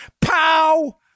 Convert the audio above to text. pow